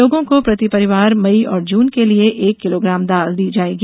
लोगों को प्रति परिवार मई और जून के लिए एक किलोग्राम दाल दी जायेगी